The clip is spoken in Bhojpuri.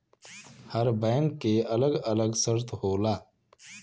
हर बैंक के अलग अलग शर्त होला